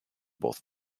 both